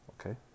Okay